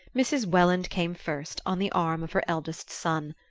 mrs. welland came first, on the arm of her eldest son.